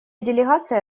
делегация